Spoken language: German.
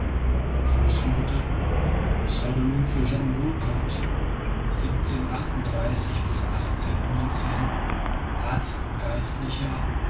pseudonym für john wohl co arzt und geistlicher